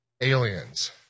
aliens